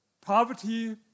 poverty